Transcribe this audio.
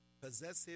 possessive